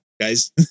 guys